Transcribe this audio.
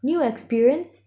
new experience